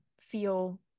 feel